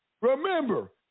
Remember